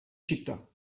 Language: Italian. città